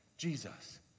Jesus